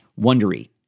wondery